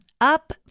Up